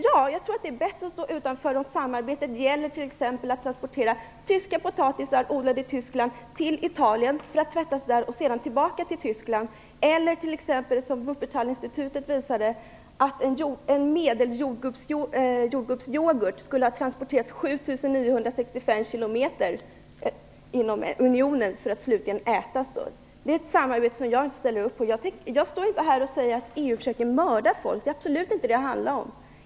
Ja, jag tror att det är bättre att stå utanför om samarbetet gäller t.ex. att transportera potatisar som är odlade i Tyskland till Italien för att tvättas där och sedan tillbaka till Tyskland. Wuppertalinstitutet har visat att en medeljordgubbsyoghurt har transporterats 7 975 km inom unionen innan den slutligen äts. Det är ett samarbete som jag inte ställer upp på. Jag står inte här och säger att EU försöker mörda folk - det är absolut inte vad det handlar om.